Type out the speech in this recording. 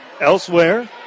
Elsewhere